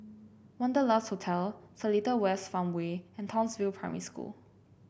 Wanderlust Hotel Seletar West Farmway and Townsville Primary School